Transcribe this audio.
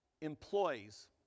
employees